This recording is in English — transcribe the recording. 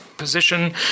position